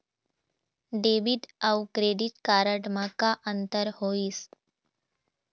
Debit अऊ credit card म का अंतर होइस?